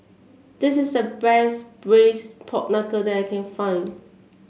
this is the best Braised Pork Knuckle that I can find